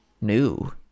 new